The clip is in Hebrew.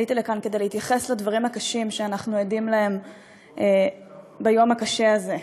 עליתי לכאן כדי להתייחס לדברים הקשים שאנחנו עדים להם ביום הקשה הזה.